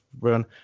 run